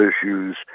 issues